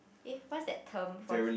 eh what is that term first